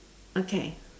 okay